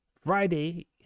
Friday